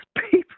people